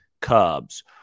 Cubs